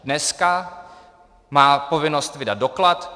Dneska má povinnost vydat doklad.